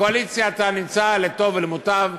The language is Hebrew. בקואליציה אתה נמצא לטוב ולמוטב.